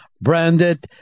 Branded